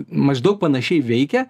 maždaug panašiai veikia